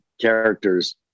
characters